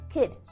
Kid